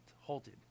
halted